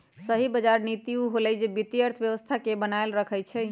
सही बजार नीति उ होअलई जे वित्तीय अर्थव्यवस्था के बनाएल रखई छई